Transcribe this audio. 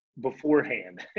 beforehand